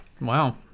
Wow